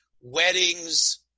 weddings